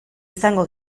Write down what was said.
izango